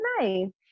Nice